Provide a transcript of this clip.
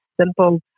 simple